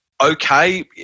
okay